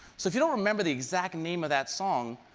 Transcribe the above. so if you don't remember the exact name of that song,